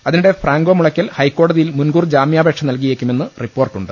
അതിനിടെ ഫ്രാങ്കോ മുളയ്ക്കൽ ഹൈക്കോടതിയിൽ മുൻകൂർ ജാമ്യാപേക്ഷ നൽകിയേക്കുമെന്ന് റിപ്പോർട്ടുണ്ട്